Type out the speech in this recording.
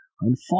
unfortunately